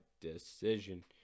decision